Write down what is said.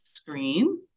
screen